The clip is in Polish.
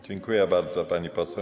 Dziękuję bardzo, pani poseł.